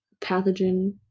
pathogen